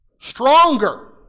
stronger